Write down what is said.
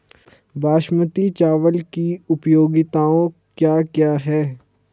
बासमती चावल की उपयोगिताओं क्या क्या हैं?